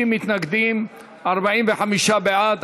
60 מתנגדים, 45 בעד.